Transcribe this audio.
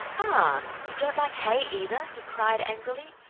ah, you don't like hay either? he cried angrily.